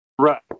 Right